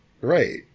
Right